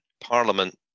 Parliament